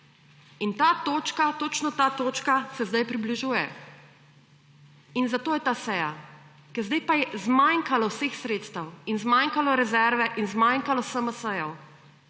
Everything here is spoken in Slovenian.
In ta točka, točno ta točka se zdaj približuje. In zato je ta seja, ker zdaj je pa zmanjkalo vseh sredstev in zmanjkalo rezerve in zmanjkalo SMS.